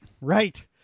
Right